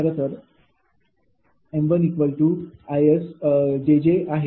खरंतर m1𝐼𝑆𝑗𝑗 आहे